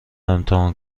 امتحان